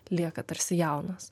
lieka tarsi jaunos